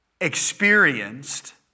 experienced